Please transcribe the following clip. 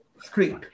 street